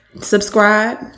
subscribe